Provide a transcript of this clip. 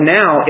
now